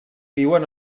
viuen